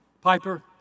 Piper